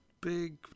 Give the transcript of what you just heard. big